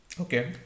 Okay